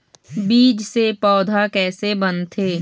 बीज से पौधा कैसे बनथे?